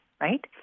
right